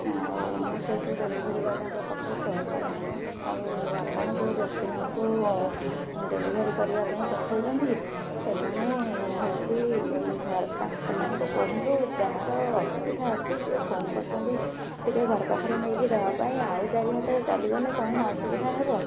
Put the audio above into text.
ଆଉ ମୁଁ ସେଠୁ ଡେଲିଭରି ଵାଲାଙ୍କ ପାଖକୁ ଫୋନ କଲି ଆଉ ଆପଣ ଯେଉଁ ବ୍ୟକ୍ତିମାନଙ୍କୁ ଡେଲିଭରି କରିବା ପାଇଁ ପଠାଉଛନ୍ତି ସେମାନେ ହେଉଛି ଘର ତାଙ୍କ ସେମାନଙ୍କୁ କୁହନ୍ତୁ ଯାହାର ଅସୁବିଧା ଅଛି ସିଏ ଫୋନ କରଛନ୍ତି ଟିକେ ଘର ପାଖରେ ନେଇକି ଦେବା ପାଇଁ ଆଉ ଚାରି ହାତ ଚାଲିଗଲେ କ'ଣ ଅସୁବିଧା ହେବ